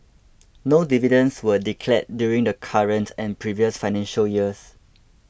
no dividends were declared during the current and previous financial years